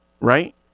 right